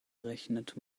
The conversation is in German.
rechnet